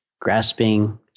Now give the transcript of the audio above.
grasping